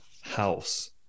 House